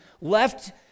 left